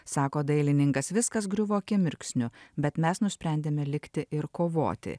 sako dailininkas viskas griuvo akimirksniu bet mes nusprendėme likti ir kovoti